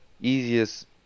Easiest